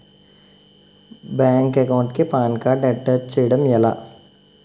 Bank account కి PAN card attach చేయడం ఎలా?